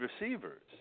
receivers